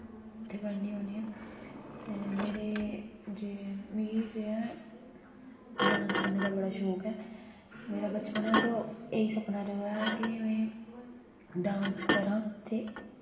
उद्धर पढ़नी होन्नी आं ते मेरे जे मिगी जे डान्स करने दा बड़ा शोंक ऐ ते मेरा बचपन दा एह् सपना रेहा कि में डान्स करां ते